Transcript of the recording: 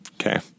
Okay